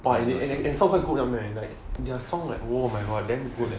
!wah! and their song quite good one leh like their songs like warm my heart damn good leh